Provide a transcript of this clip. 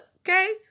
okay